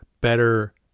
better